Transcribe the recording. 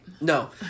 No